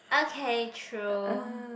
okay true